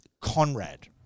Conrad